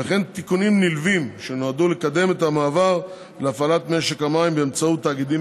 וכן תיקונים נלווים שנועדו לקדם את המעבר להפעלת משק המים באמצעות תאגידים